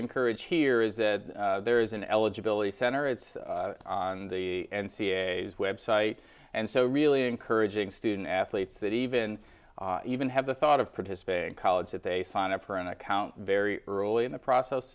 encourage here is that there is an eligibility center it's on the n c a a s website and so really encouraging student athletes that even even have the thought of participating college that they sign up for an account very early in the process